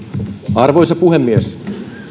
arvoisa puhemies